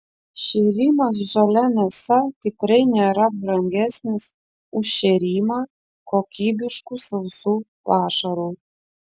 šėrimas žalia mėsa tikrai nėra brangesnis už šėrimą kokybišku sausu pašaru